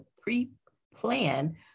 pre-plan